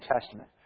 Testament